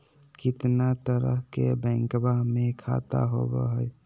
कितना तरह के बैंकवा में खाता होव हई?